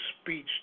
speech